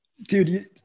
Dude